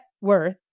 worth